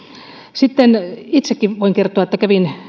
sitten itsekin voin kertoa että kävin